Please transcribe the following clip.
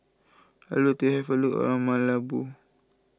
I would like to have a look around Malabo